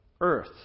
earth